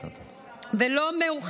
לך,